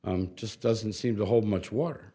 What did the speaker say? just doesn't seem to hold much water